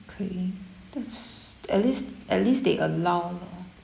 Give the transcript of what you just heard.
okay that's at least at least they allow